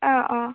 অঁ অঁ